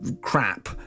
crap